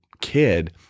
kid